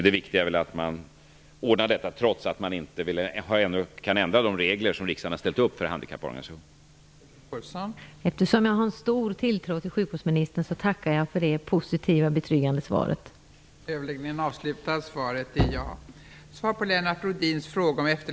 Det viktiga är väl att vi ordnar detta trots att vi ännu inte kan ändra de regler som riksdagen har ställt upp för handikapporganisationer, som Chatrine Pålsson var inne på i sitt första inlägg.